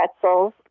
pretzels